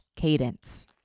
cadence